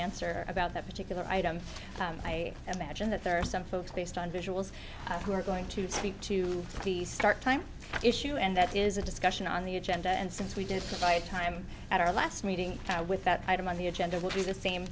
swer about that particular item and i imagine that there are some folks based on visuals who are going to speak to the start time issue and that is a discussion on the agenda and since we did buy time at our last meeting now with that item on the agenda will be the same